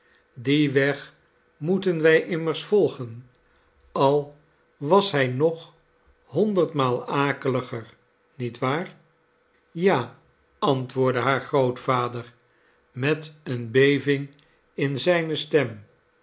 dien weg moeten wij immers volgen al was hij nog honderdmaal akeliger niet waar ja antwoordde haar grootvader met eene beving in zijne stem